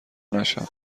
نشم